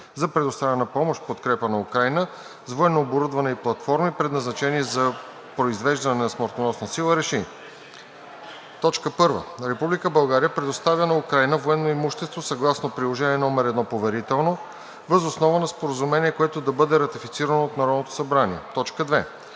за предоставяне на помощ в подкрепа на Украйна, с военно оборудване и платформи, предназначени за произвеждане на смъртоносна сила РЕШИ: 1. Република България предоставя на Украйна военно имущество съгласно приложение № 1 (поверително) въз основа на споразумение, което да бъде ратифицирано от Народното събрание. 2.